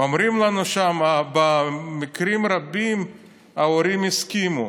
אומרים לנו שם: במקרים רבים ההורים הסכימו.